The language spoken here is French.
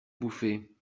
bouffer